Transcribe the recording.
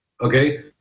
Okay